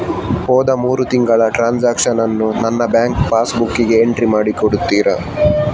ಹೋದ ಮೂರು ತಿಂಗಳ ಟ್ರಾನ್ಸಾಕ್ಷನನ್ನು ನನ್ನ ಬ್ಯಾಂಕ್ ಪಾಸ್ ಬುಕ್ಕಿಗೆ ಎಂಟ್ರಿ ಮಾಡಿ ಕೊಡುತ್ತೀರಾ?